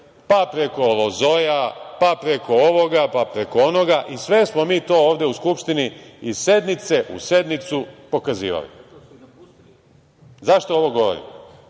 pa preko Lozoja, pa preko ovoga, pa preko onoga i sve smo to ovde u Skupštini iz sednice u sednicu pokazivali.Zašto ovo govorim?